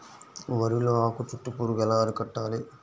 వరిలో ఆకు చుట్టూ పురుగు ఎలా అరికట్టాలి?